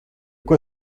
quoi